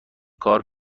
کار